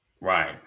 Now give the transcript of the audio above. Right